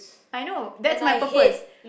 I know that's my purpose